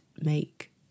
make